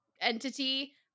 entity